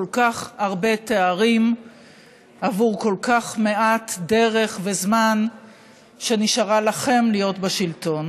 כל כך הרבה תארים עבור כל כך מעט דרך וזמן שנשארו לכם להיות בשלטון.